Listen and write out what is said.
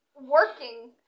working